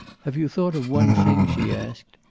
have you thought of one thing? she asked.